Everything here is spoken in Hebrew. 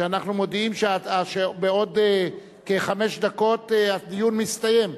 אנחנו מודיעים שבעוד כחמש דקות הדיון מסתיים.